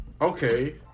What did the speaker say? Okay